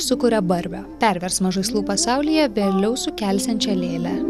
sukuria barbę perversmą žaislų pasaulyje vėliau sukelsiančią lėlę